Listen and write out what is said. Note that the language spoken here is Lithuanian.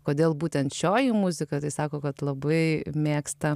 kodėl būtent šioji muzika tai sako kad labai mėgsta